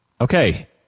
Okay